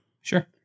Sure